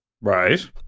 right